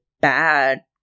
bad